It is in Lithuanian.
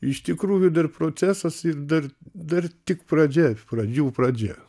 iš tikrųjų dar procesas ir dar dar tik pradžia pradžių pradžia